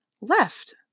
left